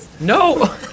No